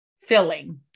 filling